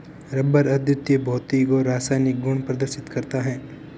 rubber अद्वितीय भौतिक और रासायनिक गुण प्रदर्शित करता है